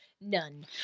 None